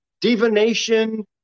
divination